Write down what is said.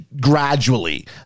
gradually